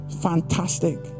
Fantastic